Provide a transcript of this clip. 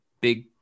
big